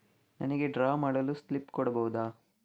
ನನಿಗೆ ಡ್ರಾ ಮಾಡಲು ಸ್ಲಿಪ್ ಕೊಡ್ಬಹುದಾ?